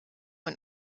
und